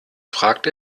fragt